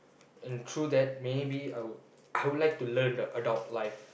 and through that maybe I would I would like to learn the adult life